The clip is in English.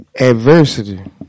Adversity